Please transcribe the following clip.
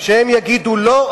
שהם יגידו: לא,